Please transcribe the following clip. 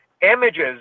images